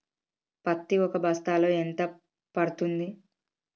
పత్తి ఒక బస్తాలో ఎంత పడ్తుంది?